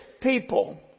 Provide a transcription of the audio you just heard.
people